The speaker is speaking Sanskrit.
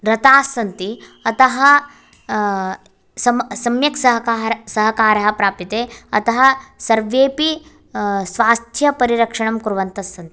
रता सन्ति अतः सम सम्यक् सहकार सहकार प्राप्यते अत सर्वेपि स्वास्थ्यपरिरक्षणं कुर्वन्त सन्ति